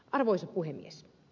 arvoisa puhemies